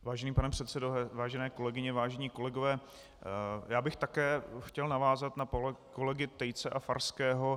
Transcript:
Vážený pane předsedo, vážené kolegyně, vážení kolegové, já bych také chtěl navázat na kolegy Tejce a Farského.